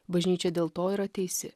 bažnyčia dėl to yra teisi